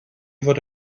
fod